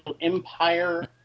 empire